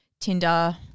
Tinder